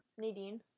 Nadine